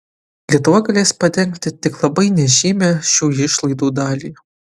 lietuva galės padengti tik labai nežymią šių išlaidų dalį